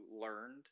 learned